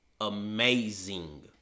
Amazing